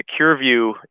SecureView